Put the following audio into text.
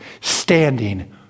standing